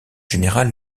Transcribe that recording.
générale